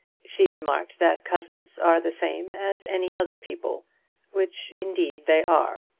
she remarked that cousins are the same as any other people which indeed they are.